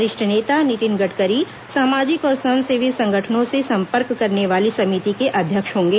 वरिष्ठ नेता नितिन गडकरी सामाजिक और स्वयंसेवी संगठनों से संपर्क करने वाली समिति के अध्यक्ष होंगे